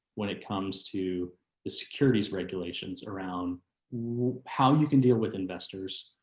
when it comes to the securities regulations around how you can deal with investors.